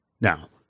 Now